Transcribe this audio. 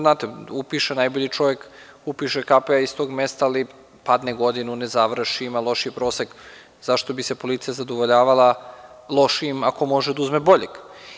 Znate, upiše najbolji čovek, upiše KPA iz tog mesta, ali padne godinu, ne završi, ima lošiji prosek, zašto bi se policija zadovoljavala lošijim, ako može da uzme boljeg?